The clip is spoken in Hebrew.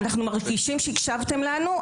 אנחנו מרגישים שהקשבתם לנו,